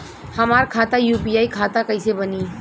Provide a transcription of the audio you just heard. हमार खाता यू.पी.आई खाता कईसे बनी?